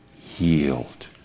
healed